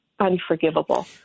unforgivable